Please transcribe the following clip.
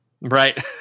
Right